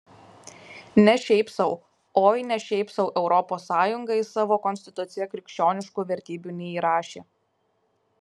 ne šiaip sau oi ne šiaip sau europos sąjunga į savo konstituciją krikščioniškų vertybių neįrašė